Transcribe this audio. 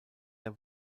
der